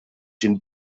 den